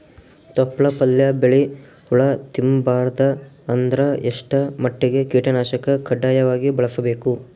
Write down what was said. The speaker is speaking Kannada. ತೊಪ್ಲ ಪಲ್ಯ ಬೆಳಿ ಹುಳ ತಿಂಬಾರದ ಅಂದ್ರ ಎಷ್ಟ ಮಟ್ಟಿಗ ಕೀಟನಾಶಕ ಕಡ್ಡಾಯವಾಗಿ ಬಳಸಬೇಕು?